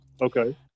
Okay